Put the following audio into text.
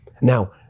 now